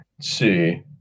See